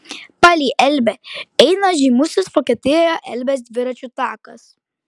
palei elbę eina žymusis vokietijoje elbės dviračių takas